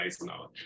knowledge